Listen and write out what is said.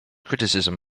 criticism